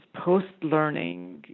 post-learning